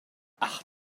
ach